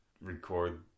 record